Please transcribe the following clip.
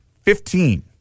Fifteen